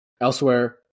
Elsewhere